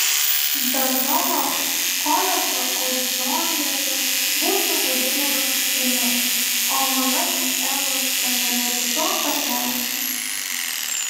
be to koledžo auditorijoje būčiau vadinamas seniu o manasis ego negalėtų to pakęsti